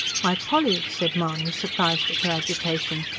why, polly! said mahony, surprised at her agitation.